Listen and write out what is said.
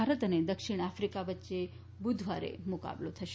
ભારત અને દક્ષિણ આફિકા વચ્ચે બુધવારે મુકાબલી થશે